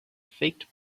faked